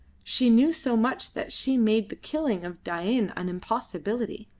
she knew so much that she made the killing of dain an impossibility.